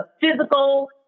physical